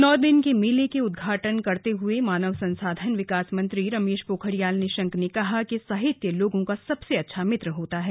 नौ दिन के मेले का उद्घाटन करते हुए मानव संसाधन विकास मंत्री रमेश पोखरियाल निशंक ने कहा कि साहित्य लोगों का सबसे अच्छा मित्र होता है